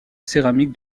céramiques